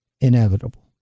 inevitable